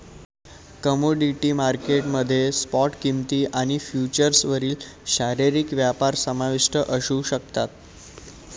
commodity market मध्ये spot किंमती आणि फ्युचर्सवरील शारीरिक व्यापार समाविष्ट असू शकतात